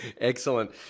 excellent